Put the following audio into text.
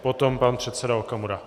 Potom pan předseda Okamura.